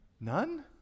None